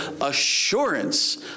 assurance